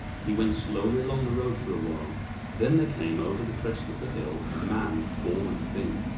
he went slowly along the road for a while then there came over the crest of the hill a man tall and thin.